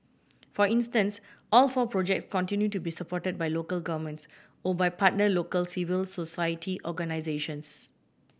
for instance all four projects continue to be supported by local governments or by partner local civil society organisations